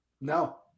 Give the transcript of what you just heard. No